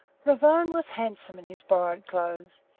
ravone was handsome in his borrowed clothes.